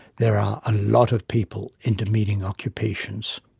there are a lot of people in demeaning occupations.